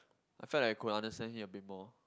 I felt that I could understand him a bit more